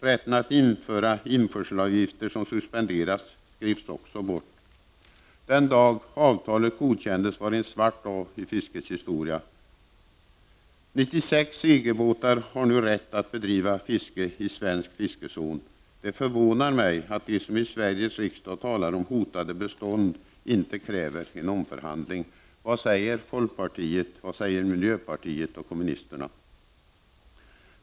Rätten att införa införselavgifter som suspenderats försvann också genom avtalet. Den dag avtalet godkändes var en svart dag i fiskets historia. Numera har 96 EG-båtar rätt att bedriva fiske i den svenska fiskezonen. Det förvånar mig att de som i Sveriges riksdag talar om att bestånden är hotade inte kräver en omförhandling i fråga om detta avtal. Vad säger folkpartiet, miljöpartiet och vänsterpartiet kommunisterna?